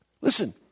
Listen